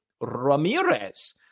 Ramirez